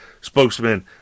spokesman